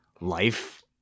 life